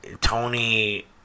Tony